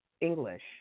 English